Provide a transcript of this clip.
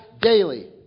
daily